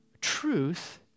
truth